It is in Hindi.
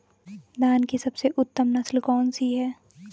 धान की सबसे उत्तम नस्ल कौन सी है?